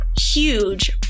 huge